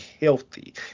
healthy